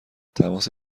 تماس